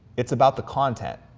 it's about the content,